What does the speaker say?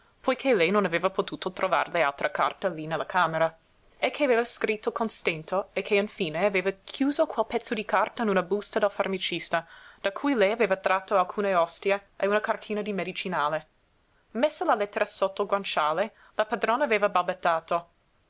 poiché lei non aveva potuto trovarle altra carta lí nella camera e che aveva scritto con stento e che infine aveva chiuso quel pezzo di carta in una busta del farmacista da cui lei aveva tratto alcune ostie e una cartina di medicinale messa la lettera sotto il guanciale la padrona aveva balbettato